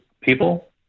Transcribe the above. people